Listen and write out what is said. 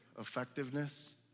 effectiveness